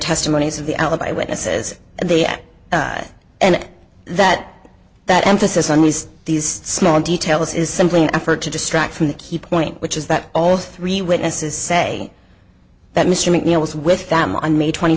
testimonies of the alibi witnesses they have and that that emphasis on these these small details is simply an effort to distract from the key point which is that all three witnesses say that mr mcneill was with them on may twenty